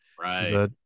right